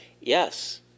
Yes